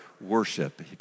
worship